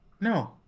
No